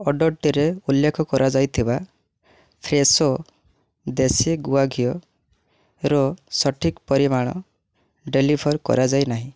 ଅର୍ଡ଼ର୍ଟିରେ ଉଲ୍ଲେଖ କରାଯାଇଥିବା ଫ୍ରେଶୋ ଦେଶୀ ଗୁଆ ଘିଅର ସଠିକ୍ ପରିମାଣ ଡେଲିଭର୍ କରାଯାଇ ନାହିଁ